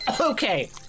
okay